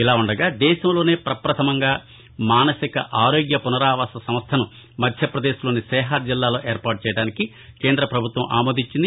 ఇలా ఉండగా దేశంలోనే ప్రపధమంగా మానసిక ఆరోగ్య పునరావాస సంస్టను మధ్యపదేశ్లోని సేహార్ జిల్లాలో ఏర్పాటుచేయడానికి కేంద పభుత్వం ఆమోదించింది